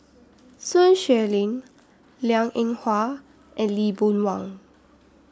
Sun Xueling Liang Eng Hwa and Lee Boon Wang